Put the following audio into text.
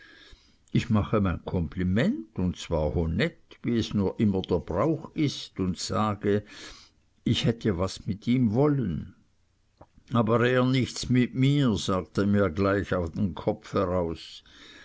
ich mache mein kompliment und zwar honett wie es nur immer der brauch ist und sage ich hätte was mit ihm wollen aber er nichts mit mir sagte er mir gleich an den kopf heraus